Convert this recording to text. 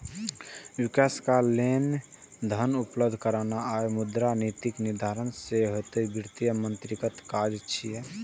विकास लेल धन उपलब्ध कराना आ मुद्रा नीतिक निर्धारण सेहो वित्त मंत्रीक काज छियै